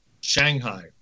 Shanghai